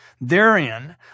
Therein